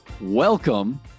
welcome